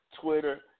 Twitter